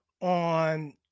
on